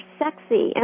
sexy